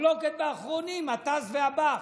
מחלוקת באחרונים, הט"ז והב"ח.